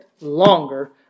longer